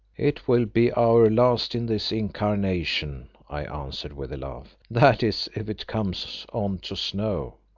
it will be our last in this incarnation, i answered with a laugh, that is if it comes on to snow.